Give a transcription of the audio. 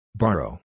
borrow